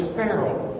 Pharaoh